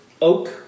oak